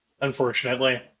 unfortunately